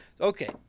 Okay